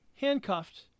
handcuffed